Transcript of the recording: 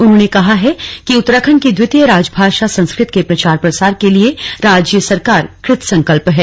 उन्होंने कहा है कि उत्तराखंड की द्वितीय राजभाषा संस्कृत के प्रचार प्रसार के लिऐ राज्य सरकार कृत संकल्प है